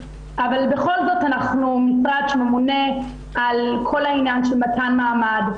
אבל בכל זאת אנחנו משרד שממונה על כל העניין של מתן מעמד.